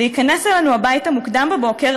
להיכנס אלינו הביתה מוקדם בבוקר,